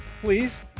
please